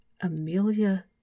Amelia